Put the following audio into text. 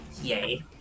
Yay